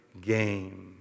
game